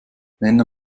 männer